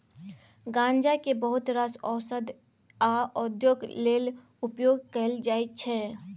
गांजा केँ बहुत रास ओषध आ उद्योग लेल उपयोग कएल जाइत छै